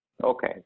Okay